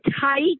tight